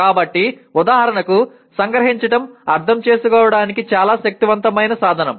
కాబట్టి ఉదాహరణకు సంగ్రహించడం అర్థం చేసుకోవడానికి చాలా శక్తివంతమైన సాధనం